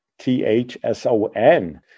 T-H-S-O-N